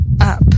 up